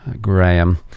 Graham